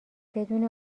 بدون